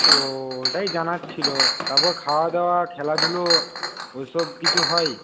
ও ওটাই জানার ছিল তারপর খাওয়া দাওয়া খেলাধুলো ওই সব কিছু হয়